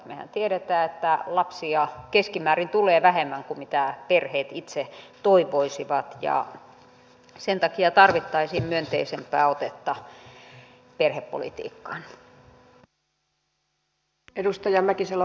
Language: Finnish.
mehän tiedämme että lapsia tulee keskimäärin vähemmän kuin mitä perheet itse toivoisivat ja sen takia tarvittaisiin myönteisempää otetta perhepolitiikkaan